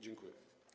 Dziękuję.